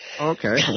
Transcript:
Okay